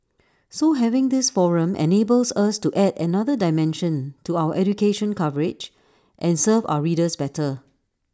so having this forum enables us to add another dimension to our education coverage and serve our readers better